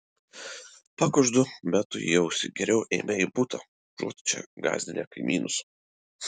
pakuždu metui į ausį geriau eime į butą užuot čia gąsdinę kaimynus